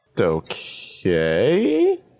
Okay